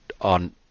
on